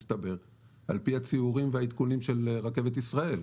כך מסתבר מהציורים והעדכונים של רכבת ישראל.